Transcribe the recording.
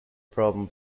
problem